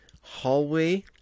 hallway